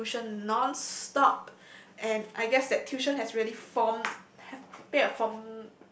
in tuition non stop and I guess that tuition has really formed have take a form